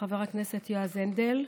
חבר הכנסת יועז הנדל,